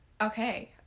Okay